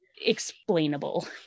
explainable